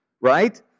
right